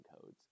codes